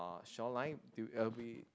uh shore line